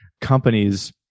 companies